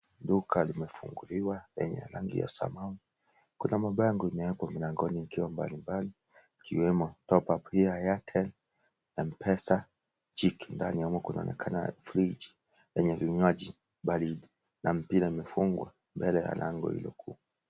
Duka limefunguliwa lenye rangi ya samawi Kuna mabango yamewekwa kwenye mlangoni yakiwa mbalimbali yakiwemo(cs) top up here (cs) Airtel Mpesa chini ndani ya humo kunaonekana frichi yenye vinywaji baridi na mipira imefungwa mbele ya lango hilo.